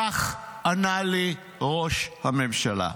כך ענה לי ראש הממשלה: